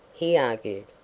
he argued.